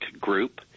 group